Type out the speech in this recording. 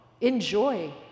enjoy